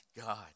God